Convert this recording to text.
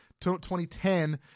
2010